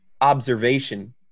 observation